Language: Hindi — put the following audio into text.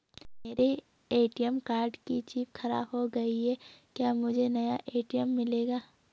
मेरे ए.टी.एम कार्ड की चिप खराब हो गयी है क्या मुझे नया ए.टी.एम मिलेगा?